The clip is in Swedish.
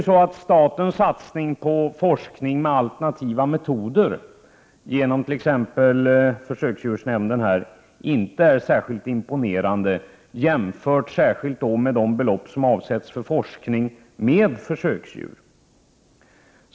Statens satsning på forskning med alternativa metoder genom t.ex. försöksdjursnämnden är inte särskilt imponerande jämfört med de belopp som avsätts för forskning med försöksdjur.